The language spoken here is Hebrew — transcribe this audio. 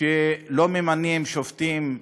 שלא ממנים שופטים,